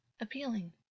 appealing